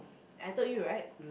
I told you right